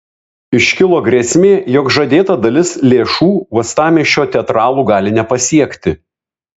iškilo grėsmė jog žadėta dalis lėšų uostamiesčio teatralų gali nepasiekti